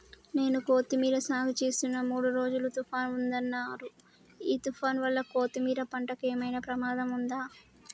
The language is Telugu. నేను కొత్తిమీర సాగుచేస్తున్న మూడు రోజులు తుఫాన్ ఉందన్నరు ఈ తుఫాన్ వల్ల కొత్తిమీర పంటకు ఏమైనా ప్రమాదం ఉందా?